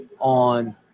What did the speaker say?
on